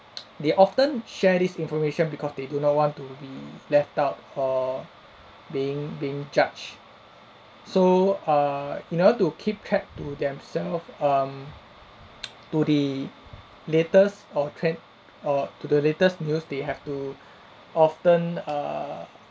they often share this information because they do not want to be left out or being being judged so err in order to keep hype to themself um to the latest or tren~ or to the latest news they have to often err